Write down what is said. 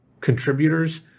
contributors